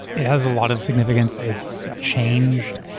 it has a lot of significance. it's changed,